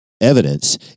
evidence